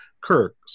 Kirk